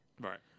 Right